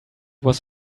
was